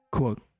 Quote